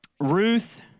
Ruth